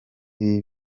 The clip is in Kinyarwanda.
ibi